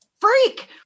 freak